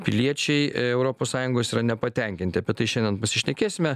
piliečiai europos sąjungoje yra nepatenkinti apie tai šiandien pasišnekėsime